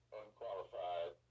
unqualified